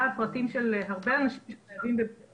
פרטים של הרבה אנשים שחייבים בבידוד